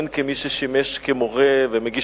הן כמי ששימש כמורה ומגיש